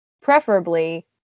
preferably